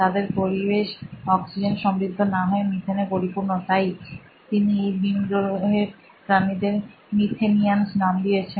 তাদের পরিবেশ অক্সিজেন সমৃদ্ধ না হয় মিথেনে পরিপূর্ণ তাই তিনি এই ভিনগ্রহের প্রাণীদের মিথেনিয়ান্স নাম দিয়েছেন